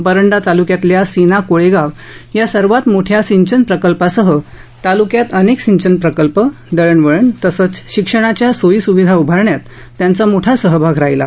परंडा तालुक्यातील सीना कोळेगाव या सर्वात मोठ्या सिंचन प्रकल्पासह तालुक्यात अनेक सिंचन प्रकल्प दळणवळण तसच शिक्षणाच्या सोयीसुविधा उभारण्यात त्यांचा मोठा सहभाग राहिला